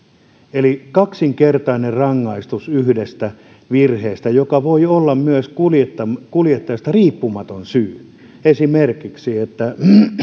eli kaksinkertainen rangaistus yhdestä virheestä joka voi olla myös kuljettajasta riippumaton syy esimerkiksi se että